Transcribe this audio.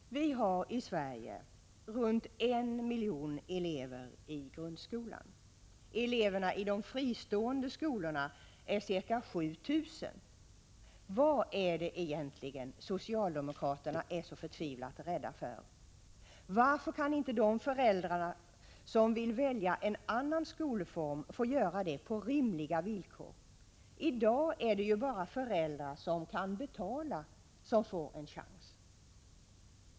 Vi har i Sverige runt en miljon elever i grundskolan. Eleverna i de fristående skolorna är ca 7 000 till antalet. Vad är det egentligen socialdemokraterna är så förtvivlat rädda för? Varför kan inte de föräldrar som vill välja en annan skolform få göra det på rimliga villkor? I dag är det ju bara föräldrar som kan betala som får en chans.